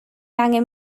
angen